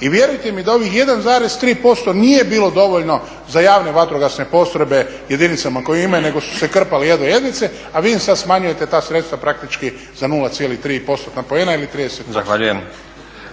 I vjerujte mi da ovih 1,3% nije bilo dovoljno za javne vatrogasne postrojbe jedinicama koje ih imaju nego su se krpali jedva jedvice, a vi im sad smanjujete ta sredstva praktički za 0,3 postotna poena ili 30%. **Stazić, Nenad (SDP)** Zahvaljujem.